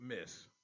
miss